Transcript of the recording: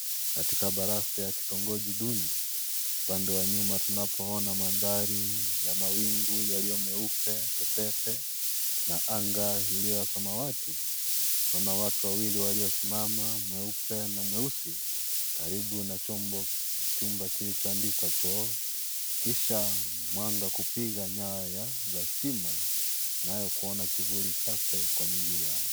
Katika baraste ya kitongoji duni, upande wa nyuma tunapoona mandhari ya mawingu yaliyo meupe pepepe, na anga iliyo ya samawati, twaona watu wawili waliosimama mweupe na mweusi karibu na chumba kilicho andikwa "choo", kisha mwanga kupiga nyaya za stima, naye kuona kivuli chake kwa miguu yao.